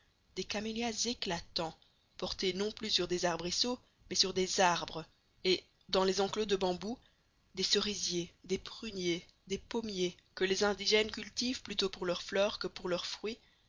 des camélias éclatants portés non plus sur des arbrisseaux mais sur des arbres et dans les enclos de bambous des cerisiers des pruniers des pommiers que les indigènes cultivent plutôt pour leurs fleurs que pour leurs fruits